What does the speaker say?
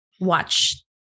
watch